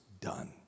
done